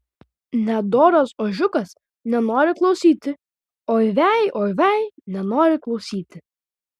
nedoras ožiukas nenori klausyti oi vei oi vei nenori klausyti